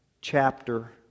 chapter